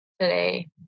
today